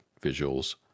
visuals